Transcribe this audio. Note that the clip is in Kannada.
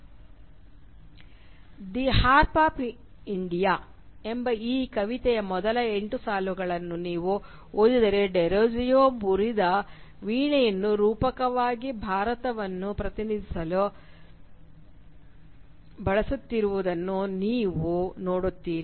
"ದಿ ಹಾರ್ಪ್ ಆಫ್ ಇಂಡಿಯಾ" ಎಂಬ ಈ ಕವಿತೆಯ ಮೊದಲ ಎಂಟು ಸಾಲುಗಳನ್ನು ನೀವು ಓದಿದರೆ ಡೆರೋಜಿಯೊ ಮುರಿದ ವೀಣೆಯನ್ನು ರೂಪಕವಾಗಿ ಭಾರತವನ್ನು ಪ್ರತಿನಿಧಿಸಲು ಬಳಸುತ್ತಿರುವುದನ್ನು ನೀವು ನೋಡುತ್ತೀರಿ